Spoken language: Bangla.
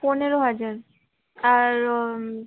পনেরো হাজার আর